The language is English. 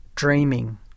dreaming